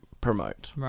promote